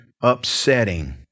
upsetting